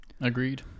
Agreed